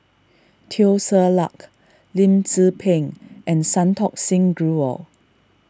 Teo Ser Luck Lim Tze Peng and Santokh Singh Grewal